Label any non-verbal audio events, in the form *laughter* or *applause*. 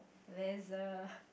there's a *breath*